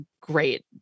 great